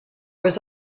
was